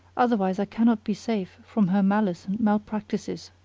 otherwise i cannot be safe from her malice and malpractices.